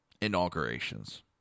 inaugurations